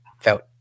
felt